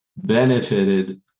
benefited